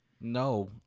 No